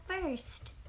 first